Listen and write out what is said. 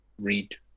read